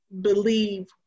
believe